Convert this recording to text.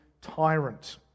tyrant